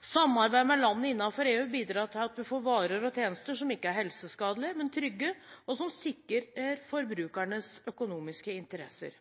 Samarbeid med land innenfor EU bidrar til at man får varer og tjenester som ikke er helseskadelige, men trygge, og som sikrer forbrukernes økonomiske interesser.